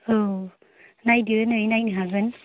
औ नायदो नै नायनो हागोन